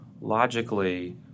logically